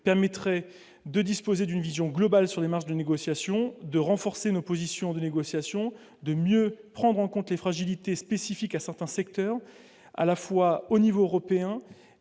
permettrait de disposer d'une vision globale sur les marges de négociation, de renforcer nos positions de négociation, de mieux prendre en compte les fragilités spécifiques à certains secteurs, à la fois au niveau européen